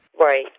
Right